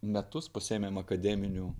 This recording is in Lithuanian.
metus pasiėmėm akademinių